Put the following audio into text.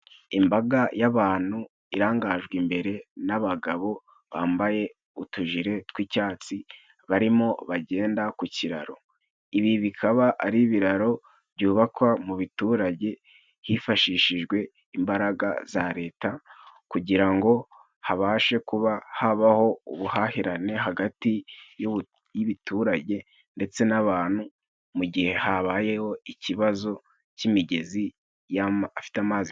Imbaga y'abantu irangajwe imbere n'abagabo bambaye utujire tw'icyatsi, bari mo bagenda ku kiraro. Ibi bikaba ari ibiraro byubakwa mu biturage hifashishijwe imbaraga za leta, kugira ngo habashe kuba habaho ubuhahirane hagati y'ibiturage ndetse n'abantu, mu gihe habaye ho ikibazo cy'imigezi ifite amazi.